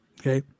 Okay